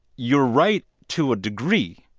you're right to a degree,